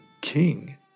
king